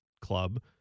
club